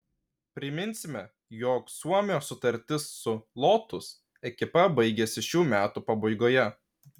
priminsime jog suomio sutartis su lotus ekipa baigiasi šių metų pabaigoje